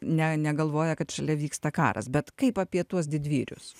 ne negalvoja kad šalia vyksta karas bet kaip apie tuos didvyrius